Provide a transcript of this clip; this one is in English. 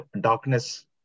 darkness